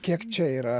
kiek čia yra